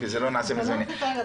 לא נעשה מזה עניין.